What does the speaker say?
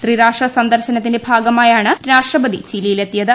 ത്രിരാഷ്ട്ര സന്ദർശനത്തിന്റെ ഭാഗമായാണ് രാഷ്ട്രപതി ചിലിയിലെത്തിയത്